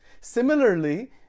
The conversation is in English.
Similarly